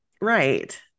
right